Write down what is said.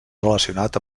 relacionat